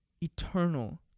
eternal